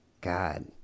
God